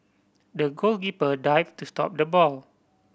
the goalkeeper dived to stop the ball